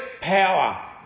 power